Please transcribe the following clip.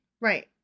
Right